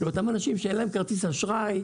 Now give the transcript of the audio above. לאותם אנשים שאין להם כרטיס אשראי,